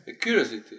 Curiosity